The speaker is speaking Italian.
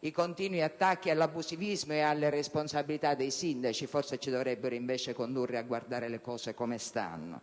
i continui attacchi all'abusivismo e alle responsabilità dei sindaci forse ci dovrebbero indurre a guardare le cose come stanno.